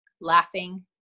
laughing